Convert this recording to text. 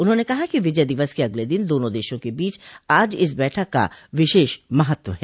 उन्होंने कहा कि विजय दिवस के अगले दिन दोनों देशों के बीच आज इस बैठक का विशेष महत्व है